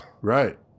right